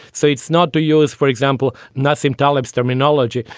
so it's not to use, for example, nassim taleb terminology.